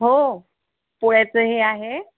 हो हो पोळ्याचं हे आहे